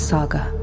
Saga